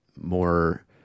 more